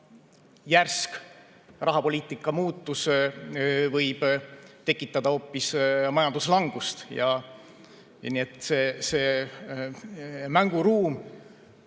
liiga järsk rahapoliitika muutus võib tekitada hoopis majanduslangust. Nii et see mänguruum